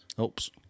Oops